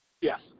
yes